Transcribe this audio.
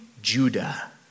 Judah